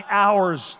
hours